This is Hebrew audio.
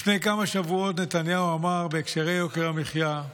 לפני כמה שבועות נתניהו אמר בהקשרי יוקר המחיה,